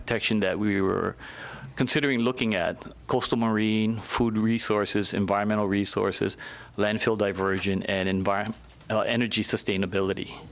protection that we were considering looking at cost of marine food resources environmental resources landfill diversion and environment energy sustainability